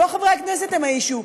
לא חברי הכנסת הם ה-issue.